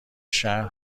شهر